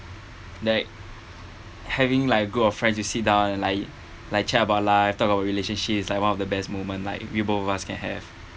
like having like a group of friends to sit down and like like chat about life talk about relationship is like one of the best moment like we both of us can have